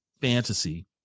fantasy